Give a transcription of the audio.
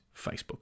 facebook